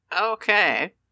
Okay